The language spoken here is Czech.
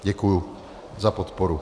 Děkuji za podporu.